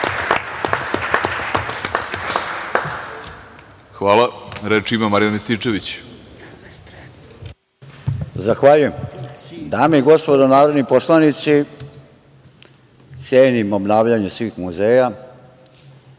Rističević. **Marijan Rističević** Zahvaljujem. Dame i gospodo narodni poslanici, cenim obnavljanje svih muzeja,